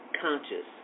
conscious